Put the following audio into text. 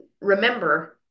remember